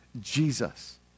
Jesus